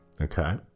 okay